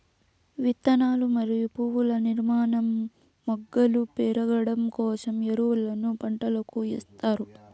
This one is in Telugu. విత్తనాలు మరియు పువ్వుల నిర్మాణం, మొగ్గలు పెరగడం కోసం ఎరువులను పంటలకు ఎస్తారు